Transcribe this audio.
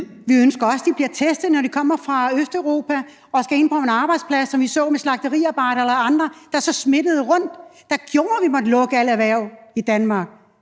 Vi ønsker også, at de bliver testet, når de kommer fra Østeuropa og skal ind på en arbejdsplads, som vi så det med f.eks. slagteriarbejdere, der så smittede andre. Det gjorde, at vi måtte lukke alle erhverv i Danmark.